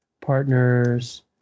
partners